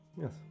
Yes